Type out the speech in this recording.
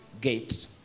gate